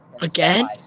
Again